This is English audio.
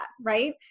right